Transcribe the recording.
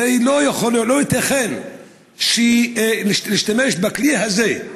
הרי לא ייתכן שנשתמש בכלי הזה,